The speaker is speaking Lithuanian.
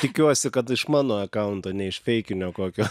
tikiuosi kad iš mano akaunto ne iš feikinio kokio